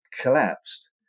collapsed